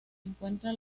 encuentra